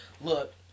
look